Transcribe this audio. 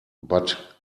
but